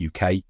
UK